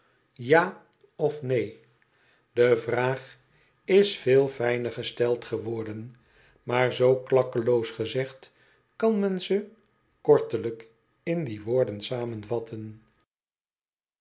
ja of neen de vraag is veel fijner gesteld geworden maar zoo klakkeloos gezegd kan men ze kortelijk in die woorden samenvatten